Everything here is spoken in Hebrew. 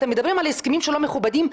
אתם מדברים על הסכמים שלא מכובדים.